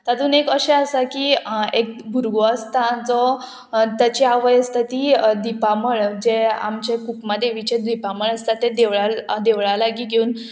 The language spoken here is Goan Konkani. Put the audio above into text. तातूंत एक अशें आसा की एक भुरगो आसता जो ताची आवय आसता ती दिपामळ जे आमचे कुकमा देवीचे दीपामळ आसता ते देवळा देवळा लागीं घेवन